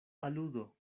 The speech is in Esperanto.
aludo